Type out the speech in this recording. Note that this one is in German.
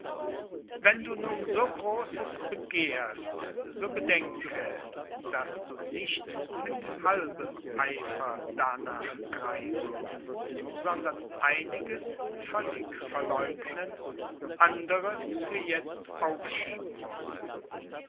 wenn du nun so großes begehrst so bedenke daß du nicht mit halbem eifer darnach greifen sondern einiges völlig verleugnen anderes für jetzt aufschieben mußt